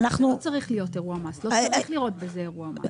לא צריך לראות בזה אירוע מס.